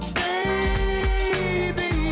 baby